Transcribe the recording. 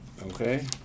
Okay